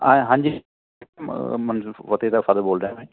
ਅ ਹਾਂਜੀ ਫਤਿਹ ਦਾ ਫ਼ਾਦਰ ਬੋਲ ਰਿਹਾ ਮੈਂ